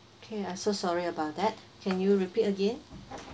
okay so sorry about that can you repeat again